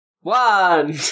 one